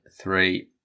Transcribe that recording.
three